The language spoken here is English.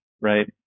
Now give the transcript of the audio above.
right